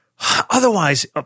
otherwise